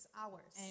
hours